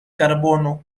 carbono